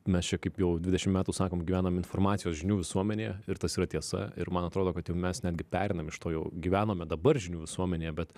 mes čia kaip jau dvidešim metų sakom gyvenam informacijos žinių visuomenėje ir tas yra tiesa ir man atrodo kad jau mes netgi pereinam iš to jau gyvenome dabar žinių visuomenėje bet